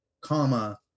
comma